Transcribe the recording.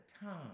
time